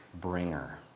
bringer